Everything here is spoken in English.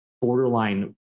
borderline